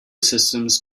systems